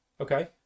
Okay